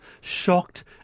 shocked